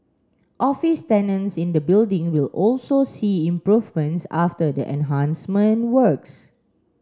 office tenants in the building will also see improvements after the enhancement works